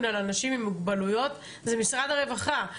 על אנשים עם מוגבלויות זה משרד הרווחה.